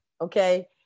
okay